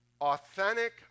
Authentic